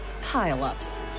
pile-ups